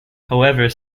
however